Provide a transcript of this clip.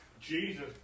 Jesus